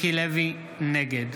נגד